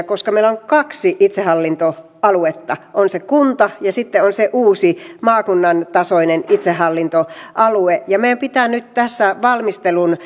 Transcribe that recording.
koska meillä on kaksi itsehallintoaluetta on se kunta ja sitten on se uusi maakunnan tasoinen itsehallintoalue ja meidän pitää nyt tässä valmistelun